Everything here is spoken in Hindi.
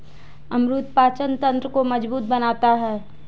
अमरूद पाचन तंत्र को मजबूत बनाता है